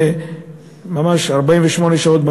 ממש לפני 48 שעות,